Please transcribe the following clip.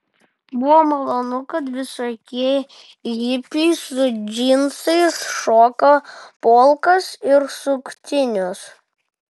buvo malonu kad visokie hipiai su džinsais šoka polkas ir suktinius